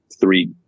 three